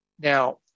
Now